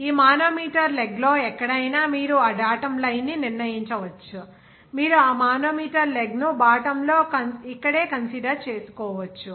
ఈ manometer leg లో ఎక్కడైనా మీరు ఆ డాటమ్ లైన్ ను నిర్ణయించవచ్చు మీరు ఈ మానోమీటర్ లెగ్ ను బాటమ్ లో ఇక్కడే కన్సిడర్ చేసుకోవచ్చు